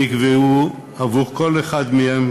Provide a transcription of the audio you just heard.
אנחנו נעבור לקריאה שלישית.